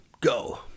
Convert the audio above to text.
go